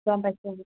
গম পাইছোঁ